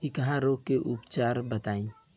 डकहा रोग के उपचार बताई?